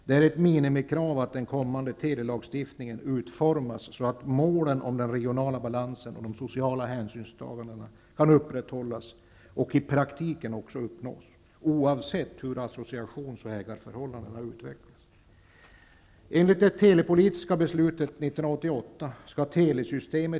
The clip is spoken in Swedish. Det är ett minimikrav att den kommande telelagstiftningen utformas så, att målen för den regionala balansen och den sociala hänsynen kan upprätthållas och i praktiken uppnås -- oavsett hur associations och ägarförhållandena utvecklas.